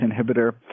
inhibitor